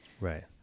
Right